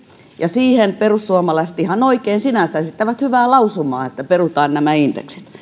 ja siihen perussuomalaiset ihan oikein sinänsä esittävät hyvää lausumaa että perutaan indeksit